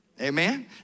Amen